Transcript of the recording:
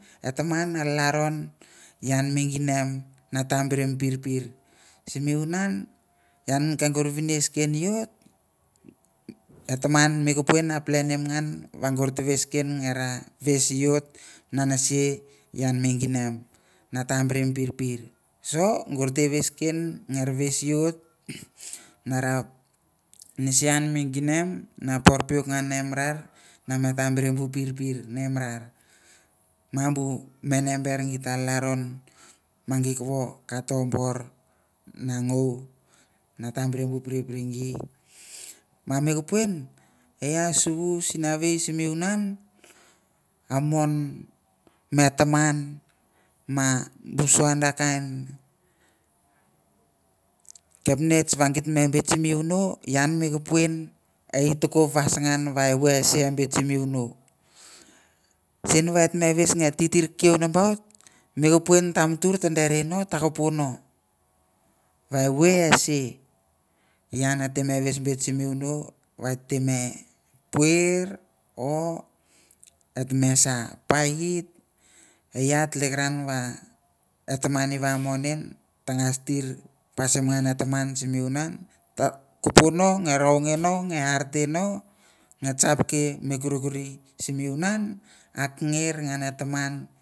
Eh taman ah laroh ian me ngan natamoiroir siminunan ian kehgo vinis ken uot eh taman me kupuen an planin ngan wahgor ta whis ken erah whis uot naneseh ian me gineh natampirpir so gorte whis ken ngar whis uot nara nesi ian me ginem na por puk ngan me rar na mong bu pirpir me rar ma bu mene ber ngta laron magit woh kato bor na ngou na natampirpir ngi wah me kupen aia suwa sinawai simi sumunan ah mon me taman ma goso under kino kephits wah git me bit simi wunoh ian me kupuen oite kop was ngan wai wu esi me bit simi wunoh sihn me whis wan tirtir que nambaut me kupuen tamtur tandere in takapona wah evoi eh sih ian ate me whis bit simi wunoh or ate me puir or otme sa pait ei atlikran wah o taman eva mon nin tanga stir pasim ngan ngan en taman simi wunan takopkop no arong eh nog eh artino me chap ke me kurikuri simi wunan akngir eh taman